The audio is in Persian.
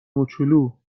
موچولو